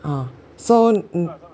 ah so 你